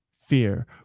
fear